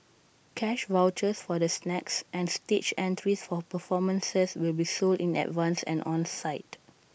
cash vouchers for the snacks and stage entries for performances will be sold in advance and on site